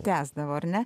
tęsdavo ar ne